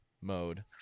mode